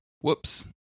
Whoops